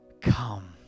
Come